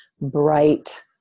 bright